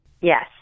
Yes